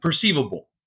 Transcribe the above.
perceivable